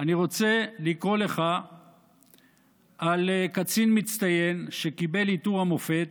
אני רוצה לקרוא לך על קצין מצטיין שקיבל עיטור המופת,